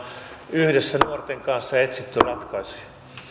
yhdessä nuorten kanssa etsitty ratkaisuja